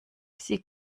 sie